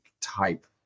type